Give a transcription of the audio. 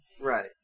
Right